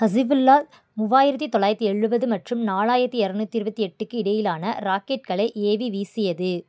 Hezbollah மூவாயிரத்தி தொள்ளாயிரத்தி எழுவது மற்றும் நாலாயிரத்தி இருநூத்தி இருபத்தி எட்டுக்கு இடையிலான ராக்கெட்களை ஏவி வீசியது